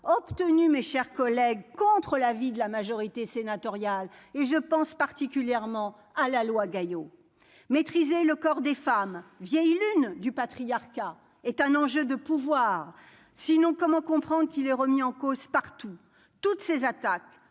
obtenus, mes chers collègues, contre l'avis de la majorité sénatoriale, et je pense particulièrement à la loi Gaillot maîtriser le corps des femmes vieille lune du patriarcat est un enjeu de pouvoir, sinon comment comprendre qu'il est remis en cause partout, toutes ces attaques